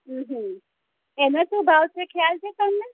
હુ હુ એનો શું ભાવ છે ખ્યાલ છે તમને